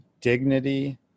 dignity